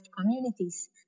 communities